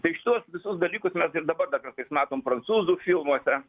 tai šituos visus dalykus mes ir dabar dar kartais matom prancūzų filmuose